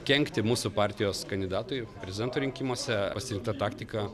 kenkti mūsų partijos kandidatui prezidento rinkimuose pasirinkta taktika